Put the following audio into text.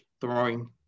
throwing